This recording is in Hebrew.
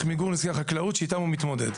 מיגור נזקי חקלאות שאיתם הוא מתמודד.